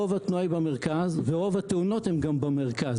רוב התנועה היא במרכז וגם רוב התאונות הן במרכז.